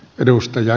edustaja